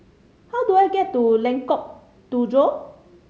how do I get to Lengkok Tujoh